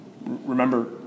Remember